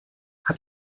hat